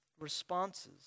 responses